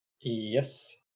Yes